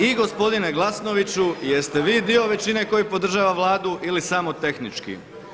I gospodine Glasnoviću jest li vi dio većine koja podržava Vladu ili samo tehnički?